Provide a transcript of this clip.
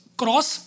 cross